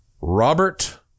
Robert